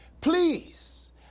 please